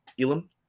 Elam